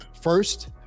first